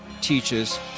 teaches